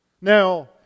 Now